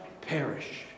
perish